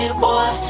boy